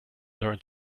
learn